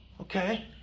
Okay